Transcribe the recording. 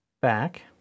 back